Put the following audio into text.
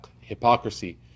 hypocrisy